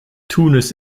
tunis